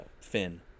Finn